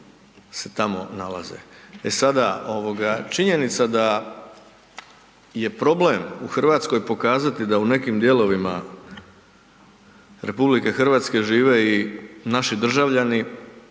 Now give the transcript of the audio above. E sada, ovoga činjenica da je problem u RH pokazati da u nekim dijelovima RH žive i naši državljani,